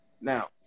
now